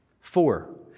Four